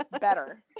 better